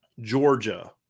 Georgia